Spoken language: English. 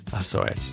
Sorry